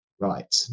Right